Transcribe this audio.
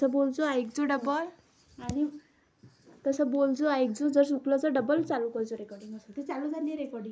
DAP खतामंदी कोनकोनच्या गोष्टी रायते?